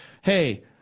hey